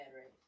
right